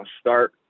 start